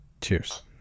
Cheers